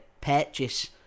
purchase